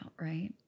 right